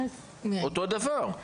זה אותו דבר.